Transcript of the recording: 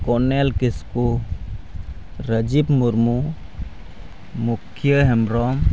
colonel Kisku Rajiv Murmu ᱢᱩᱠᱷᱤᱭᱟᱹ ᱦᱮᱢᱵᱨᱚᱢ